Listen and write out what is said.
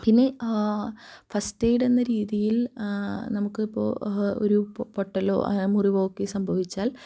ഇനി first aid എന്ന രീതിയില് നമുക്ക് ഇപ്പോള് ഒരു പൊട്ടലോ മുറിവോ ഒക്കെ സംഭവിച്ചാല്